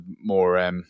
more